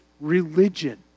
religion